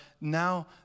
now